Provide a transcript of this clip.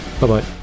Bye-bye